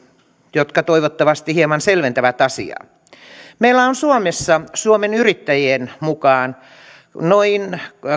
jotka toivottavasti hieman selventävät asiaa meillä on suomessa suomen yrittäjien mukaan noin